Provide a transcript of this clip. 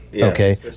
okay